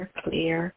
clear